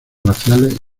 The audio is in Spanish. raciales